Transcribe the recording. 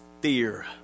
fear